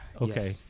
okay